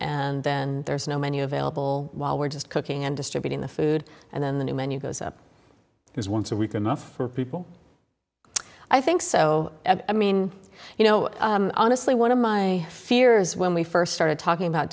and then there's no many available while we're just cooking and distributing the food and then the new menu goes up is once a week enough for people i think so i mean you know honestly one of my fears when we first started talking about